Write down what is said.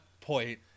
point